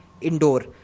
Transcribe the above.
indoor